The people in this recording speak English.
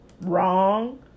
wrong